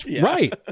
right